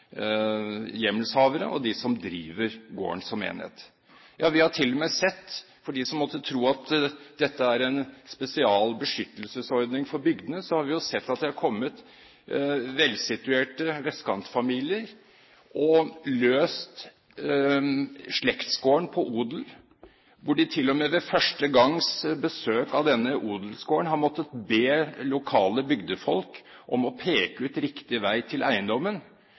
hjemmelshavere, og de som driver gården som enhet. Til dem som måtte tro at dette er en spesiell beskyttelsesordning for bygdene: Vi har til og med sett at det har kommet velsituerte vestkantfamilier og løst inn slektsgården på odel, hvor de ved første gangs besøk på denne odelsgården har måttet be lokale bygdefolk om å peke ut riktig vei til eiendommen,